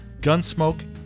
Gunsmoke